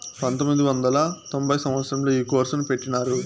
పంతొమ్మిది వందల తొంభై సంవచ్చరంలో ఈ కోర్సును పెట్టినారు